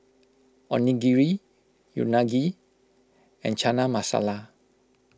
Onigiri Unagi and Chana Masala